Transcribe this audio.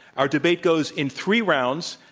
our debate goes in three rounds,